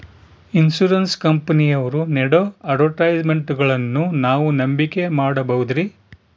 Insurance ಕಂಪನಿಯವರು ನೇಡೋ ಅಡ್ವರ್ಟೈಸ್ಮೆಂಟ್ಗಳನ್ನು ನಾವು ನಂಬಿಕೆ ಮಾಡಬಹುದ್ರಿ?